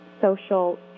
social